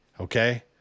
Okay